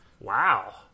Wow